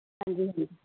ਹਾਂਜੀ ਹਾਂਜੀ